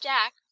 Jack